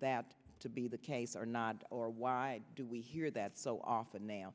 that to be the case or not or why do we hear that so often now